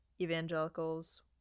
evangelicals